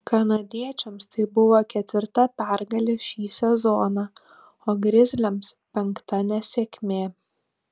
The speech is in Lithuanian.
kanadiečiams tai buvo ketvirta pergalė šį sezoną o grizliams penkta nesėkmė